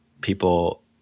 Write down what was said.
people